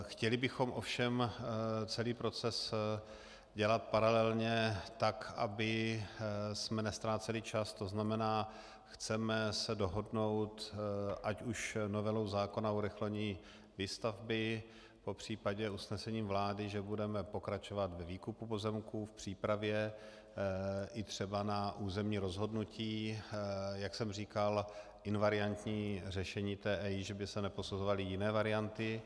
Chtěli bychom ovšem celý proces dělat paralelně tak, abychom neztráceli čas, to znamená chceme se dohodnout ať už novelou zákona o urychlení výstavby, popř. usnesením vlády, že budeme pokračovat ve výkupu pozemků, v přípravě, i třeba na územní rozhodnutí, jak jsem říkal, invariantní řešení té EIA, že by se neposuzovaly jiné varianty.